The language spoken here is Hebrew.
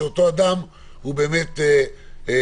שאותו אדם הוא באמת מחלים.